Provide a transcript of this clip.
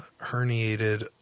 herniated